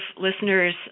listeners